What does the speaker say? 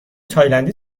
تایلندی